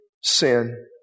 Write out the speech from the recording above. sin